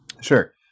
sure